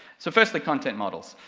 so firstly content models,